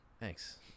Thanks